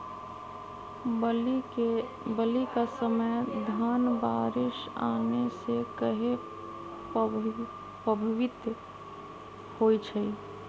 बली क समय धन बारिस आने से कहे पभवित होई छई?